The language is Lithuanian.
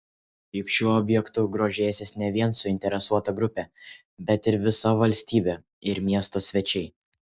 juk šiuo objektu grožėsis ne vien suinteresuota grupė bet ir visa valstybė ir miesto svečiai